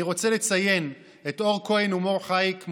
אני רוצה לציין את אור כהן ומור חייק,